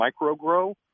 MicroGrow